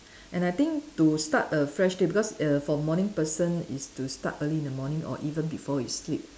and I think to start a fresh day because err for morning person is to start early in the morning or even before you sleep